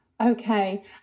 Okay